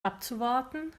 abzuwarten